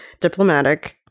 diplomatic